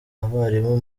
abarimu